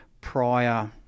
prior